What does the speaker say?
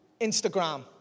Instagram